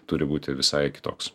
turi būti visai kitoks